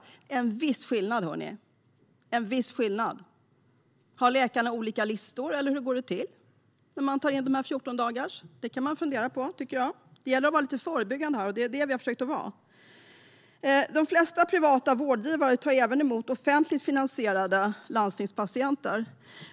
Det är en viss skillnad, hör ni. Har läkarna olika listor eller hur går det till? Hur många 14-dagarspatienter tar man in? Det kan man fundera på. Här gäller det att vara lite förebyggande, och det har vi försökt att vara. De flesta privata vårdgivare tar även emot offentligt finansierade landstingspatienter.